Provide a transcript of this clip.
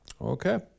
Okay